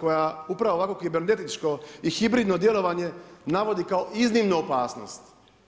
koja upravo ovako kibernetičko i hibridno djelovanje navodi kao iznimnu opasnost.